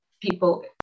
people